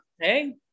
Hey